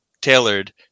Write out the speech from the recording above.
tailored